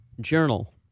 Journal